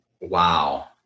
Wow